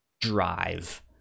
drive